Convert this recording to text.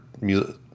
music